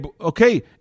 okay